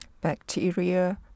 bacteria